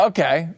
Okay